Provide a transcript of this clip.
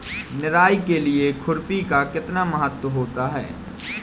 निराई के लिए खुरपी का कितना महत्व होता है?